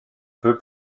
peu